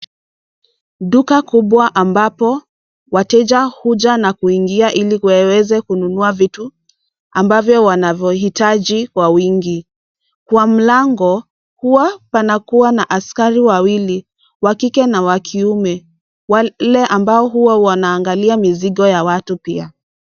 Duka kubwa ambapo wateja huja na kuingia hili waweze kununua vitu ambavyo wanavyohitaji kwa wingi. Kwa mlango huwa panakuwa na askari wawili wa kike na kiume wale ambao huwa wanaangalia mizigo ya watu pia.